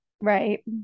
Right